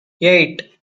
eight